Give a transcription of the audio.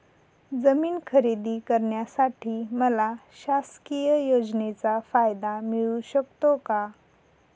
जमीन खरेदी करण्यासाठी मला शासकीय योजनेचा फायदा मिळू शकतो का?